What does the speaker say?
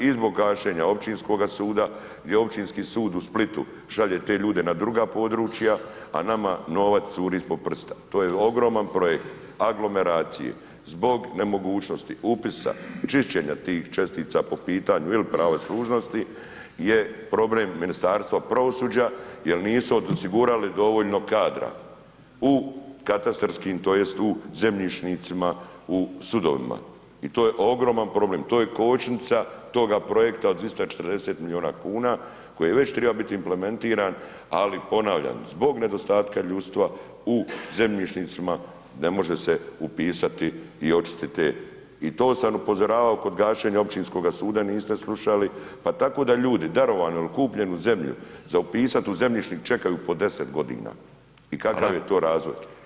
I zbog gašenja općinskoga suda gdje Općinski sud u Splitu šalje te ljude na druga područja, a nama novac curi ispod prsta, to je ogroman projekt aglomeracije zbog nemogućnosti upisa, čišćenja tih čestica po pitanju il prava služnosti je problem Ministarstva pravosuđa jel nisu osigurali dovoljno kadra u katastarskim tj. u zemljišnicima u sudovima i to je ogroman problem, to je kočnica toga projekta od 240 milijuna kuna koji je već triba bit implementiran, ali ponavljam, zbog nedostatka ljudstva u zemljišnicima ne može se upisati i očistit te i to sam upozoravao kod gašenja općinskoga suda, niste slušali, pa tako da ljudi darovanu il kupljenu zemlju za upisat u zemljišnim, čekaju po 10.g [[Upadica: Hvala]] i kakav je to razvoj?